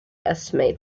estimate